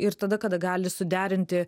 ir tada kada gali suderinti